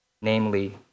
namely